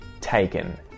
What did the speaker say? taken